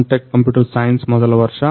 tech computer science ಮೊದಲ ವರ್ಷ